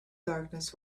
darkness